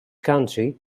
country